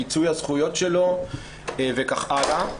מיצוי הזכויות שלו וכך הלאה.